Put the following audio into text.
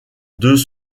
deux